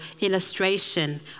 illustration